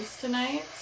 tonight